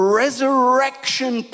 resurrection